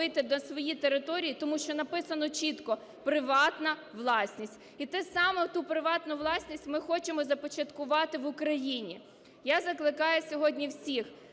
на своєї території, тому що написано чітко: "Приватна власність". І те саме, оту приватну власність ми хочемо започаткувати в Україні. Я закликаю сьогодні всіх,